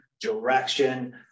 direction